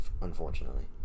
unfortunately